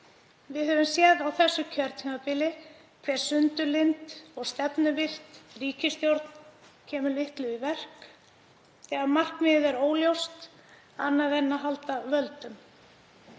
Við höfum séð á þessu kjörtímabili hve sundurlynd og stefnuvillt ríkisstjórn kemur litlu í verk þegar markmiðið er óljóst annað en að halda völdum.